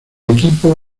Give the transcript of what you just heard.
equipo